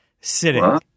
sitting